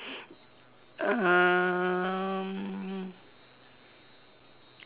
um